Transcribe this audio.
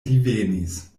divenis